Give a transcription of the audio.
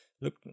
Look